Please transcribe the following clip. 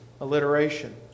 alliteration